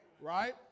right